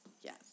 Yes